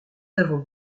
avons